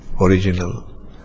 original